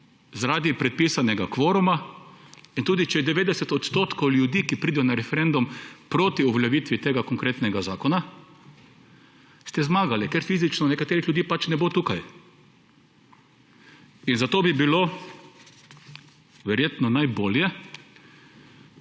Zaradi predpisanega kvoruma! In tudi če je 90 % ljudi, ki pridejo na referendum, proti uveljavitvi tega konkretnega zakona, ste zmagali, ker fizično nekaterih ljudi pač ne bo tukaj. Zato bi bilo verjetno najbolje,